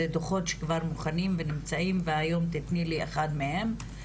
דוחו"ת שכבר מוכנים ונמצאים והיום תתני לי אחד מהם,